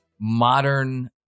modern